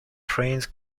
trains